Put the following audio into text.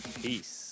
peace